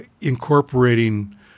incorporating